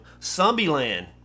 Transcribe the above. Zombieland